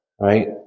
Right